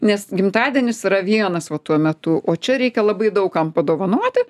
nes gimtadienis yra vienas va tuo metu o čia reikia labai daug kam padovanoti